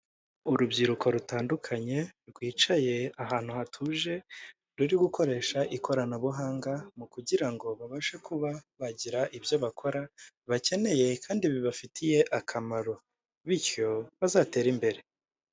Urubyiruko rutandukanye rwicaye ahantu hatuje ruri gukoresha ikoranabuhanga ,mu kugira ngo babashe kuba bagira ibyo bakora bakeneye kandi bibafitiye akamaro bityo bazatere imbere.